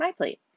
MyPlate